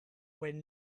when